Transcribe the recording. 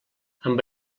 amb